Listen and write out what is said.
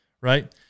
Right